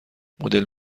مدل